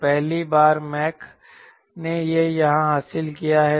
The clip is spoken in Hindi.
तो पहली बार मच 1 ने यहां हासिल किया है